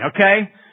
Okay